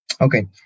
Okay